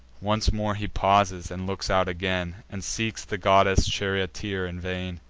once more he pauses, and looks out again, and seeks the goddess charioteer in vain.